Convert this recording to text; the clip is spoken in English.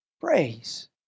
praise